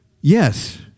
Yes